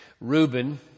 Reuben